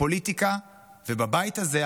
בפוליטיקה ובבית הזה,